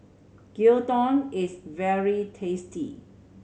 gyudon is very tasty